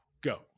Go